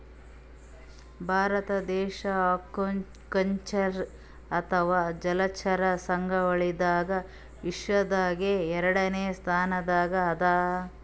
ಭಾರತ ದೇಶ್ ಅಕ್ವಾಕಲ್ಚರ್ ಅಥವಾ ಜಲಚರ ಸಾಗುವಳಿದಾಗ್ ವಿಶ್ವದಾಗೆ ಎರಡನೇ ಸ್ತಾನ್ದಾಗ್ ಅದಾ